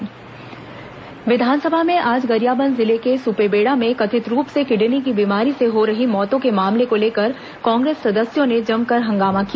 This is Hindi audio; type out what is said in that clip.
विस सुपेबेडा विधानसभा में आज गरियाबंद जिले के सुपबेड़ा में कथित रूप से किडनी की बीमारी से हो रही मौतों के मामले को लेकर कांग्रेस सदस्यों ने जमकर हंगामा किया